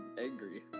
Angry